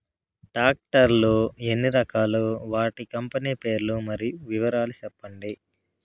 Tractor లు ఎన్ని రకాలు? వాటి కంపెని పేర్లు మరియు వివరాలు సెప్పండి?